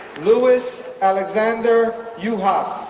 louis alexander yuhas